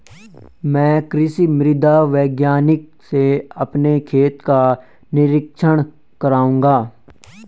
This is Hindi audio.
मैं कृषि मृदा वैज्ञानिक से अपने खेत का निरीक्षण कराऊंगा